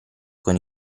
con